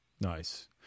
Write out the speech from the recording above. nice